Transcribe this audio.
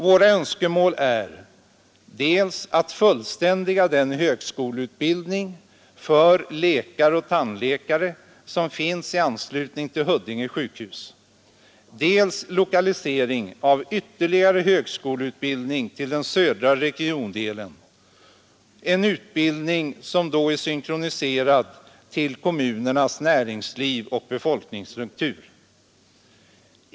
Våra önskemål är dels att fullständiga den högskoleutbildning för läkare och tandläkare som finns i anslutning till Huddinge sjukhus, dels att lokalisera ytterligare högskoleutbildning till den södra regiondelen, en utbildning som då är synkroniserad med kommunernas näringsliv och befolkningsstruktur.